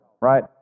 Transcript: right